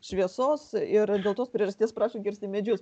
šviesos ir dėl tos priežasties prašo kirsti medžius